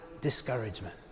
discouragement